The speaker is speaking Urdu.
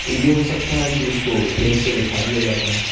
تو یہ ہو سکتا ہے کہ اس کو کھیل سے بیٹھا دیا جاتا ہے